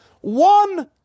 one